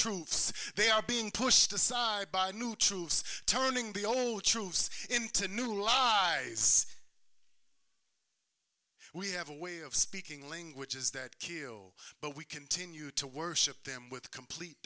truths they are being pushed aside by a new truth telling the only truth into a new law is we have a way of speaking languages that kill but we continue to worship them with complete